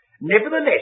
nevertheless